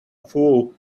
fool